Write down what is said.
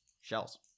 Shells